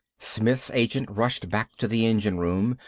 smith's agent rushed back to the engine-room,